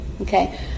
okay